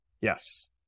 yes